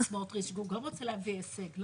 על